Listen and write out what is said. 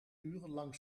urenlang